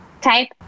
type